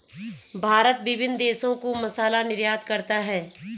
भारत विभिन्न देशों को मसाला निर्यात करता है